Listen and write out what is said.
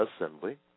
assembly